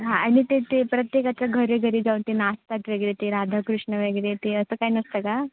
हां आणि ते ते प्रत्येकाच्या घरोघरी जाऊन ते नाचतात वगैरे ते राधाकृष्ण वगैरे ते असं काय नसतं का